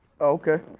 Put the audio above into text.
Okay